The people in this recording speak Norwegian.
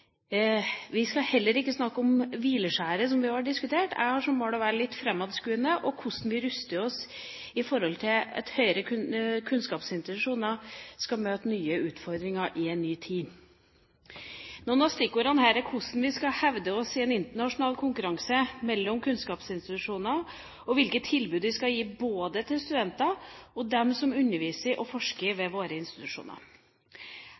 vi har valgt. Vi skal heller ikke snakke om hvileskjæret, som vi også har diskutert. Jeg har som mål å være litt fremadskuende – om hvordan vi ruster oss med tanke på at høyere kunnskapsinstitusjoner skal møte nye utfordringer i en ny tid. Noen av stikkordene her er hvordan vi skal hevde oss i en internasjonal konkurranse mellom kunnskapsinstitusjoner, og hvilke tilbud vi skal gi både til studenter og til dem som underviser og forsker